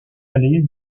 allée